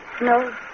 No